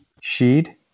Sheed